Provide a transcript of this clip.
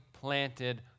planted